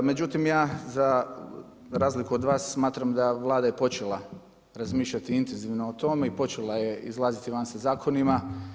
Međutim ja za razliku od vas smatram da je Vlada počela razmišljati intenzivno o tome i počela je izlaziti van sa zakonima.